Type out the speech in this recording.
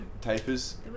tapers